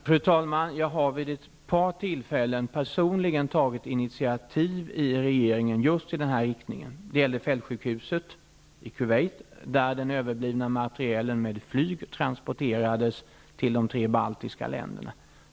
Fru talman! Jag har vid ett par tillfällen personligen tagit initiativ i regeringen just i denna riktning. Det gällde bl.a. fältsjukhuset i Kuwait, där den överblivna materielen med flyg transporterades till de tre baltiska länderna.